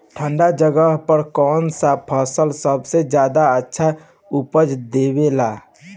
ठंढा जगह पर कौन सा फसल सबसे ज्यादा अच्छा उपज देवेला?